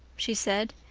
she said.